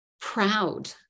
proud